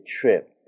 trip